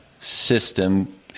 system